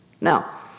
Now